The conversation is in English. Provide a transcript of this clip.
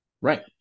right